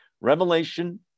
Revelation